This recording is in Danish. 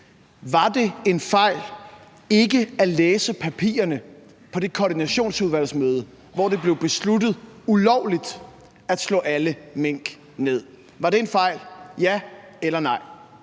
Var det en fejl ikke at læse papirerne på det koordinationsudvalgsmøde, hvor det blev besluttet ulovligt at slå alle mink ned? Var det en fejl – ja eller nej?